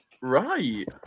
right